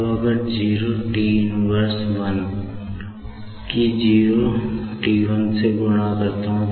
अब अगर मैं 01T −1 की 01T से गुणा करता हूं